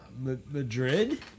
Madrid